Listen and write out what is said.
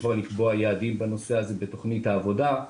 כבר לקבוע יעדים בנושא הזה בתוכנית העבודה.